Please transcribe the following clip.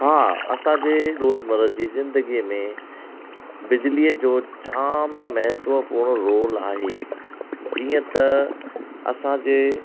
हा असांजे रोज़मरह जी ज़िंदगीअ में बिजलीअ जो ॼाम महत्वपूर्ण रोल आहे जीअं त असांजे